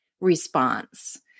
response